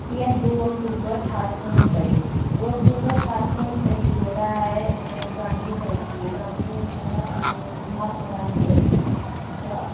भी ऐ दो अक्तूबर ठारां सौ न्हत्तर दो अक्तूबर ठारां सौ न्हत्तर च जेह्ड़ा ऐ गांधी जयंती गांधी दा महात्मां गांधी हे